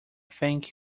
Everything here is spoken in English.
thank